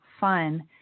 fun